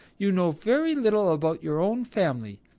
you know very little about your own family.